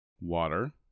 Water